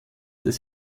des